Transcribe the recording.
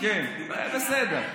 בדרך כלל זה לסבא.